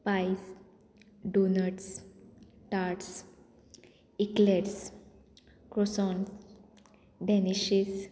पायस donuts tarts eclairs croissant danishes